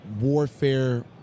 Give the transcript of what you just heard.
Warfare